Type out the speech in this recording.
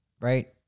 right